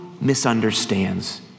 misunderstands